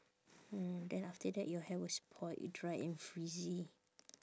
mm then after that your hair will spoil dry and frizzy